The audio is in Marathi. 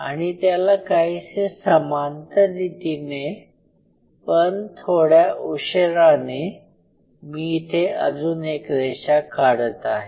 आणि त्याला काहीसे समांतर रीतीने पण थोड्या उशिराने मी इथे अजून एक रेषा काढत आहे